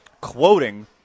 Quoting